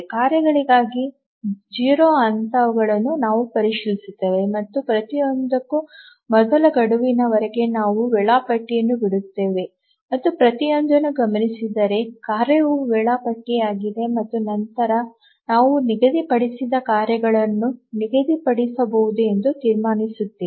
ಕಾರ್ಯಗಳಿಗಾಗಿ 0 ಹಂತಗಳನ್ನು ನಾವು ಪರಿಗಣಿಸುತ್ತೇವೆ ಮತ್ತು ಪ್ರತಿಯೊಂದಕ್ಕೂ ಮೊದಲ ಗಡುವಿನವರೆಗೆ ನಾವು ವೇಳಾಪಟ್ಟಿಯನ್ನು ಬಿಡುತ್ತೇವೆ ಮತ್ತು ಪ್ರತಿಯೊಂದನ್ನು ಗಮನಿಸಿದರೆ ಕಾರ್ಯವು ವೇಳಾಪಟ್ಟಿಯಾಗಿದೆ ಮತ್ತು ನಂತರ ನಾವು ನಿಗದಿಪಡಿಸಿದ ಕಾರ್ಯಗಳನ್ನು ನಿಗದಿಪಡಿಸಬಹುದು ಎಂದು ತೀರ್ಮಾನಿಸುತ್ತೇವೆ